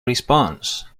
response